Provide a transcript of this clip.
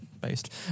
based